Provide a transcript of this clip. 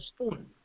spoon